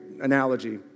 analogy